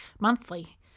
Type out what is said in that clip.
monthly